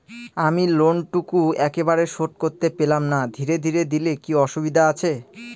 আমি লোনটুকু একবারে শোধ করতে পেলাম না ধীরে ধীরে দিলে কি অসুবিধে আছে?